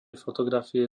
fotografie